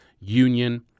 union